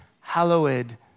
Hallowed